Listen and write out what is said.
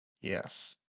Yes